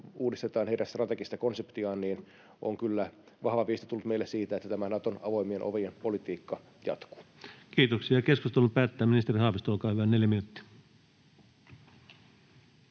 uudistetaan heidän strategista konseptiaan, on kyllä vahva viesti tullut meille siitä, että tämä Naton avoimien ovien politiikka jatkuu. Kiitoksia. — Ja keskustelun päättää ministeri Haavisto, olkaa hyvä. 4 minuuttia.